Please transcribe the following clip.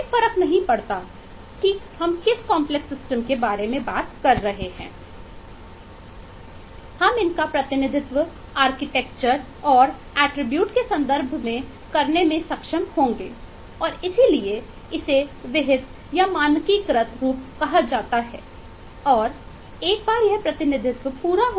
कोई फर्क नहीं पड़ता कि हम किस कॉम्प्लेक्स सिस्टम की समग्र जटिलता को समझ और व्यवहार के संदर्भ में देखा है